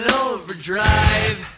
overdrive